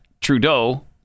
Trudeau